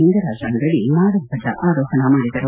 ಲಿಂಗರಾಜ ಅಂಗಡಿ ನಾಡಧ್ಲಜ ಆರೋಹಣ ಮಾಡಿದರು